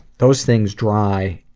those things dry